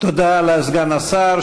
תודה לסגן השר.